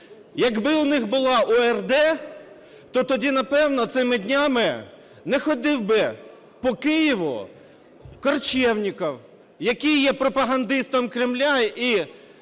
Якби у них була ОРД, то тоді, напевно, цими днями не ходив би по Києву Корчевніков, який є пропагандистом Кремля